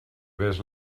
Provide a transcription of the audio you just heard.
vés